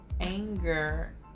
Anger